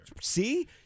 See